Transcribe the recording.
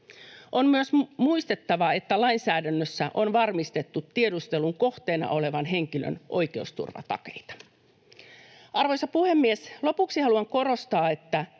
On myös muistettava, että lainsäädännössä on varmistettu tiedustelun kohteena olevan henkilön oikeusturvatakeita. Arvoisa puhemies! Lopuksi haluan korostaa, että